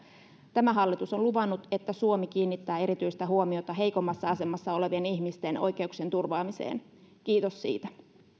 tämä hallitus on luvannut että suomi kiinnittää erityistä huomiota heikommassa asemassa olevien ihmisten oikeuksien turvaamiseen kiitos siitä